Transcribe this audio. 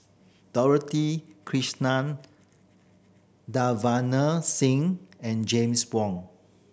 Dorothy Krishnan Davinder Singh and James Wong